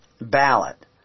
ballot